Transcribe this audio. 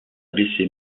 blessé